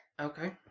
Okay